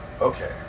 okay